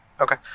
Okay